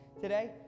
today